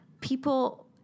people